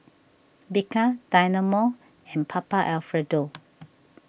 Bika Dynamo and Papa Alfredo